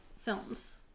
films